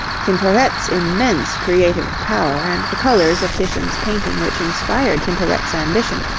tintoret's immense creative power and the colours of titian's painting which inspired tintoret's ambition,